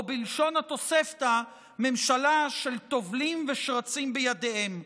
או בלשון התוספתא: ממשלה של טובלים ושרצים בידיהם.